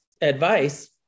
advice